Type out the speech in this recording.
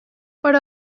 per